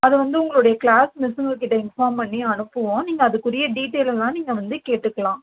அதுவந்து உங்களுடைய கிளாஸ் மிஸ்சுங்கக்கிட்ட இன்பார்ம் பண்ணி அனுப்புவோம் நீங்கள் அதுக்குரிய டீட்டெயில்னாலும் நீங்கள் வந்து கேட்டுக்கலாம்